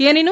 எனினும்